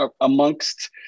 amongst